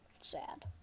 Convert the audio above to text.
Sad